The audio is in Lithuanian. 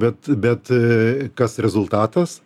bet bet kas rezultatas